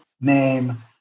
name